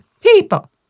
people